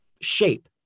shape